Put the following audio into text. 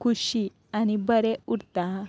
खुशी आनी बरें उरता